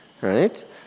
right